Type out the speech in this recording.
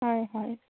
হয় হয়